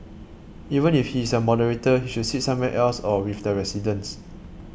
even if he is a moderator he should sit somewhere else or with the residents